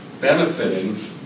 benefiting